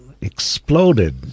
exploded